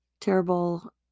terrible